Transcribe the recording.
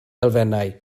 elfennau